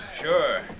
Sure